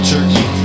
Turkey